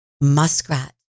Muskrat